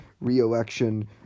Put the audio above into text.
re-election